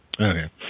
Okay